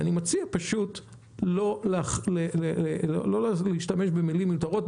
אני מציע לא להשתמש במילים מיותרות,